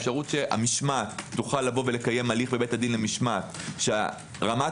ואז האפשרות שהמשמעת תוכל לקיים הליך בבית הדין למשמעת שרמת